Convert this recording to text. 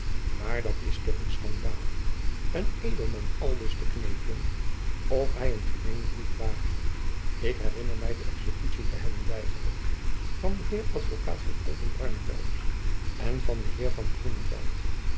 maar dat is toch een schandaal een edelman aldus te knevelen of hy een gemeene boef ware ik herinner my de exekutie te hebben bygewoond van den heer advokaat van oldenbarneveldt en van den heer van